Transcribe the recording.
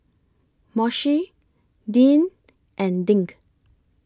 Moshe Deann and Dink